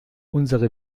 unsere